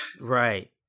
Right